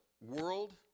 world